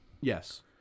Yes